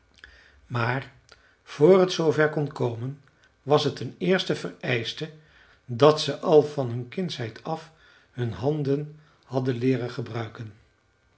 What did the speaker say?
maar voor het zoover kon komen was het een eerste vereischte dat ze al van hun kindsheid af hun handen hadden leeren gebruiken